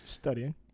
studying